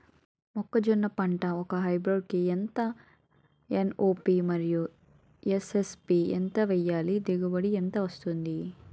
మొక్కజొన్న పంట ఒక హెక్టార్ కి ఎంత ఎం.ఓ.పి మరియు ఎస్.ఎస్.పి ఎంత వేయాలి? దిగుబడి ఎంత వస్తుంది?